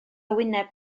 wyneb